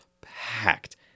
packed